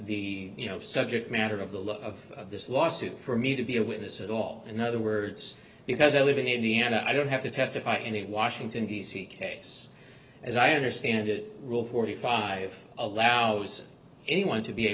know subject matter of the look of this lawsuit for me to be a witness at all in other words because i live in indiana i don't have to testify in the washington d c case as i understand it rule forty five allows anyone to be a